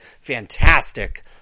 fantastic